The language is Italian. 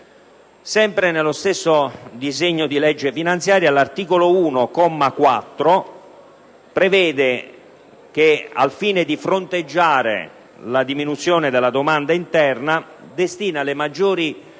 Sempre nello stesso disegno di legge finanziaria, l'articolo 1, comma 4, prevede, al fine di fronteggiare la diminuzione della domanda interna, la destinazione delle maggiori